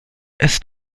ist